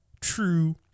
true